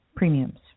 Premiums